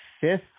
fifth